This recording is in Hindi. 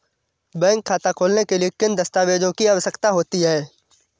बैंक खाता खोलने के लिए किन दस्तावेजों की आवश्यकता होती है?